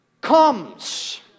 comes